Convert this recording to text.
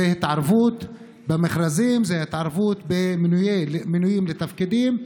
זו התערבות במכרזים, התערבות במינויים לתפקידים,